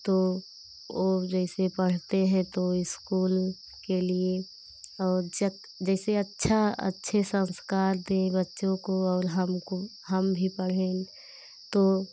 तो ओ जैसे पढ़ते हैं तो इस्कूल के लिए और जैसे अच्छा अच्छे संस्कार दें बच्चों को और हमको हम भी पढ़ें तो